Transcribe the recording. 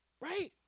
right